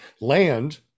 land